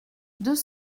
deux